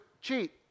Cheat